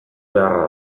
beharra